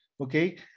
Okay